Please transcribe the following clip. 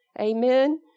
amen